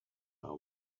are